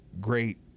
great